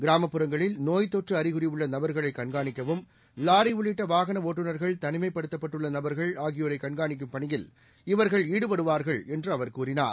கிராமப்புறங்களில் நோய்த்தொற்று அறிகுறி உள்ள நபர்களை கண்காணிக்கவும் லாரி உள்ளிட்ட வாகன ஓட்டுநா்கள் தனிமைப்படுத்தப்பட்டுள்ள நபா்கள் ஆகியோரை கண்காணிக்கும் பணியில் இவா்கள் ஈடுபடுவார்கள் என்று அவர் கூறினார்